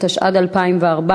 התשע"ד 2014,